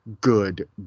good